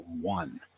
one